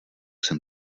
jsem